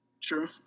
True